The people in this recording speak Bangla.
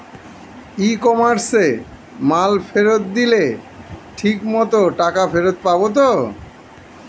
ই কমার্সে মাল ফেরত দিলে ঠিক মতো টাকা ফেরত পাব তো?